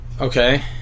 Okay